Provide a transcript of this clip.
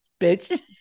bitch